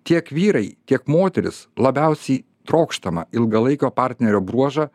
tiek vyrai tiek moterys labiausiai trokštamą ilgalaikio partnerio bruožą